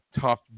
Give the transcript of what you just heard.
tough